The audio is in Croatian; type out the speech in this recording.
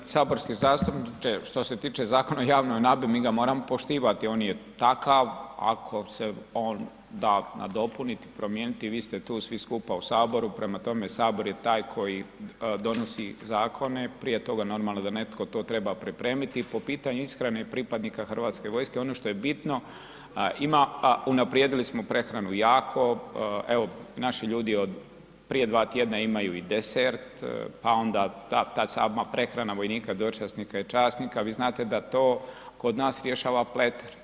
Pa uvaženi saborski zastupniče što se tiče Zakona o javnoj nabavi mi ga moramo poštivati, on je takav, ako se on da nadopuniti i promijeniti, vi ste tu svi skupa u HS, prema tome, HS je taj koji donosi zakone, prije toga normalno da netko to treba pripremiti, po pitanju iskrene i pripadnika Hrvatske vojske ono što je bitno ima, unaprijedili smo prehranu jako, evo naši ljudi od prije dva tjedna imaju i desert, pa onda ta sama prehrana vojnika, dočasnika i časnika, vi znate da to kod nas rješava Pleter.